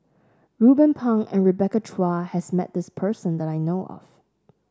Ruben Pang and Rebecca Chua has met this person that I know of